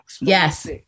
Yes